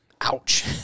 ouch